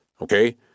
okay